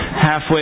halfway